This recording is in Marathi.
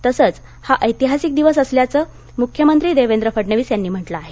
तसंच हा ऐतिहासिक दिवस असल्याचं मुख्यमंत्री देवेंद्र फडणवीस यांनी म्हटलं आहे